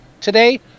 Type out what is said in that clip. today